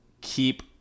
keep